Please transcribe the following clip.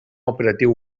operatiu